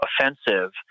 offensive